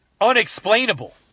unexplainable